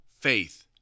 faith